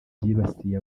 byibasiye